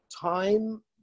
time